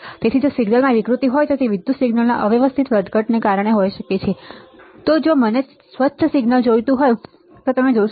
તેથી જો સિગ્નલમાં વિકૃતિ હોય તો તે વિદ્યુત સિગ્નલના અવ્યવસ્થિત વધઘટને કારણે હોઈ શકે છે તો જો મને સ્વચ્છ સિગ્નલ જોઈએ તો તમે સિગ્નલ જોશો